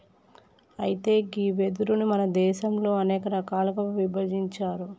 అయితే గీ వెదురును మన దేసంలో అనేక రకాలుగా ఇభజించారు